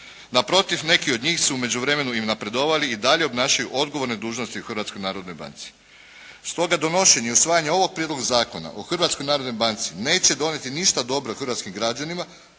Naprotiv, neki od njih su u međuvremenu i napredovali i dalje obnašaju odgovorne dužnosti u Hrvatskoj narodnoj banci. Stoga donošenje i usvajanje ovog Prijedloga zakona o Hrvatskoj narodnoj banci neće donijeti ništa dobro hrvatskim građanima